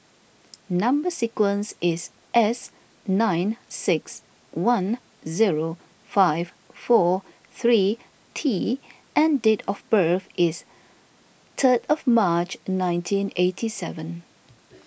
Number Sequence is S nine six one zero five four three T and date of birth is third of March nineteen eighty seven